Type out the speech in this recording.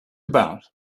about